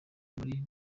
muri